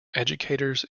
educators